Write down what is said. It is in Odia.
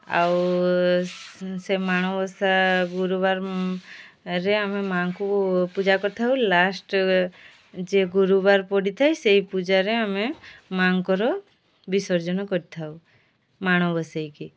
ଆଉ ସେ ମାଣବସା ଗୁରୁବାରରେ ଆମେ ମାଙ୍କୁ ପୂଜା କରିଥାଉ ଲାଷ୍ଟ୍ ଯେ ଗୁରୁବାର ପଡ଼ିଥାଏ ସେହି ପୂଜାରେ ଆମେ ମାଁଙ୍କର ବିସର୍ଜନ କରିଥାଉ ମାଣ ବସେଇକି